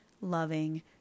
loving